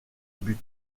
but